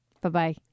Bye-bye